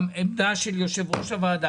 עמדה של יושב-ראש הוועדה.